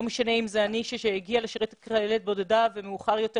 לא משנה אם זאת אני שהגעתי לשרת כחיילת בודדה ומאוחר יותר,